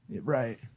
Right